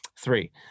three